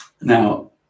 Now